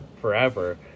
forever